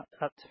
up